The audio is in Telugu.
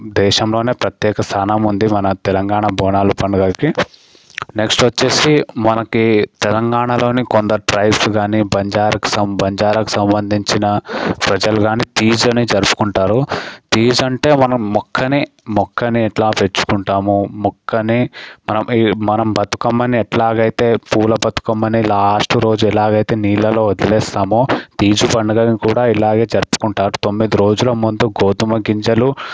దేశంలోనే ప్రత్యేక స్థానం ఉంది మన తెలంగాణ బోనాలు పండుగకి నెక్స్ట్ వచ్చేసి మనకి తెలంగాణలోని కొందరు ట్రైబ్స్ గానీ బంజర్ బంజారకి సంబంధించిన ప్రజలు గానీ పీస్తోని జరుపుకుంటారు పీస్ అంటే మనం మొక్కని మొక్కని ఎట్లా పెంచుకుంటామో మొక్కని మనం మనం బతుకమ్మని ఎట్లాగైతే పూల బతుకమ్మని లాస్ట్ రోజు ఎలాగైతే నీళ్లలో వదిలేస్తాము పీస్ పండుగను కూడా ఇలాగే జరుపుకుంటారు తొమ్మిది రోజులు ముందు గోధుమ గింజలు